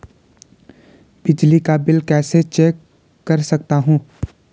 बिजली का बिल कैसे चेक कर सकता हूँ?